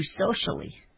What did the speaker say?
socially